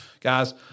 Guys